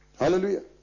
Hallelujah